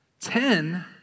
Ten